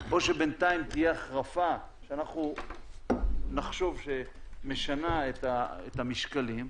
או שבינתיים תהיה החרפה שאנחנו נחשוב שמשנה את המשקלים.